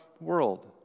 world